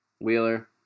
wheeler